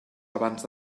abans